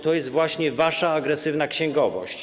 To jest właśnie wasza agresywna księgowość.